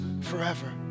forever